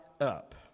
up